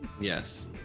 Yes